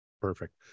Perfect